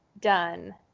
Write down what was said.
done